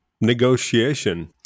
Negotiation